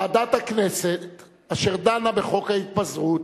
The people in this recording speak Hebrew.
ועדת הכנסת אשר דנה בחוק ההתפזרות,